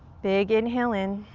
big inhale in,